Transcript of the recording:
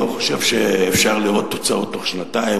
לא חושב שאפשר לראות תוצאות בתוך שנתיים,